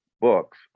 books